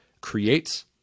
creates